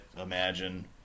Imagine